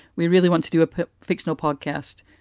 we really want to do a fictional podcast,